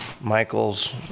Michael's